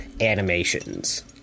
animations